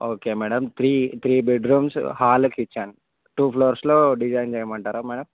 okay madam three three bedrooms hall kitchen two ఫ్లోర్స్లో design చేయమంటారా madam